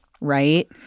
right